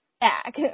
back